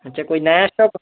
अच्छा कोई नया स्टॉक